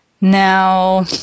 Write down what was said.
Now